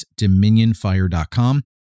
dominionfire.com